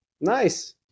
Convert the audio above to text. nice